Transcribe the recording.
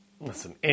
Listen